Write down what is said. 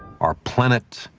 our planet,